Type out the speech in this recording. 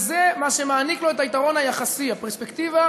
וזה מה שמקנה לו את היתרון היחסי, הפרספקטיבה